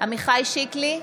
עמיחי שיקלי,